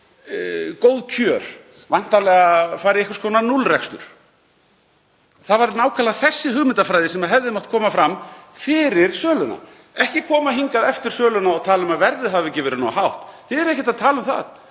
fólki góð kjör. Væntanlega að fara í einhvers konar núllrekstur. Það var nákvæmlega þessi hugmyndafræði sem hefði mátt koma fram fyrir söluna. Ekki koma hingað eftir söluna og tala um að verðið hafi ekki verið nógu hátt. Þið eruð ekkert að tala um það.